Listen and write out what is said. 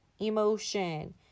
emotion